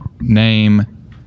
Name